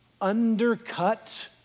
undercut